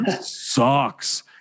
sucks